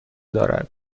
دارد